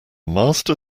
master